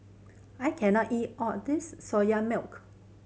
I can not eat all this Soya Milk